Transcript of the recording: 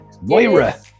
Moira